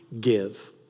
give